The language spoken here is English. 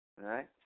Right